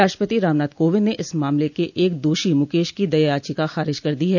राष्ट्रपति रामनाथ कोविंद ने इस मामले के एक दोषी मुकेश की दया याचिका खारिज कर दी है